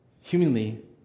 humanly